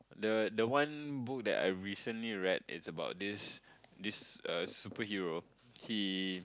the the one book that I recently read is about this this uh superhero he